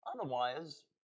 Otherwise